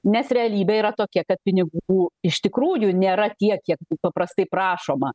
nes realybė yra tokia kad pinigų iš tikrųjų nėra tiek kiek paprastai prašoma